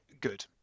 good